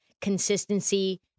consistency